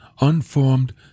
unformed